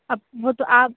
अब वो तो आप